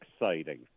exciting